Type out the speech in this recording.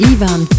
Ivan